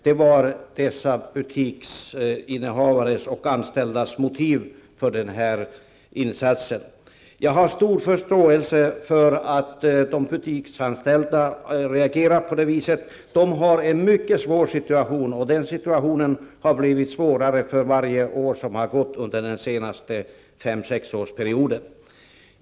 Detta var butiksinnehavarnas och anställdas motiv för insatsen. Jag har stor förståelse för att de butiksanställda reagerade på det viset. De har en mycket svår situation, och situationen har blivit svårare för varje år som har gått under den senaste fem-sexårsperioden.